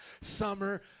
summer